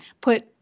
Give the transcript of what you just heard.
put